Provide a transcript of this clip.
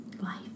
Life